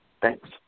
thanks